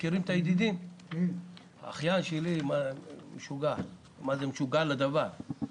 האחיין שלי משוגע לדבר.